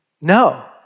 No